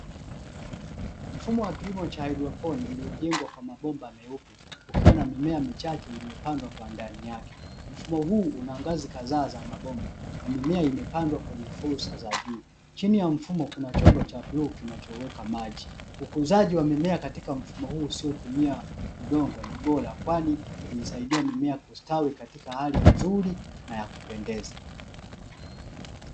Mfumo wa kilimo cha haidroponi, uliojengwa kwa mabomba meupe, ukiwa na mimea michache iliyopandwa kwa ndani yake. Mfumo huu una ngazi kadhaa za mabomba na mimea kwenye fursa za juu, chini ya mfumo kuna chombo cha bluu kinachoweka maji. Ukuzaji wa mimea katika mfumo huu usiotumia udongo ni bora, kwani huisaidia mimea kustawi katika hali nzuri na ya kupendeza.